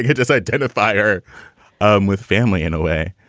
yeah does identifier um with family in a way?